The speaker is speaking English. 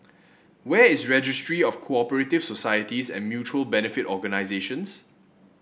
where is Registry of Co operative Societies and Mutual Benefit Organisations